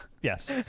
yes